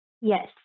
Yes